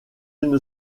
une